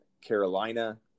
Carolina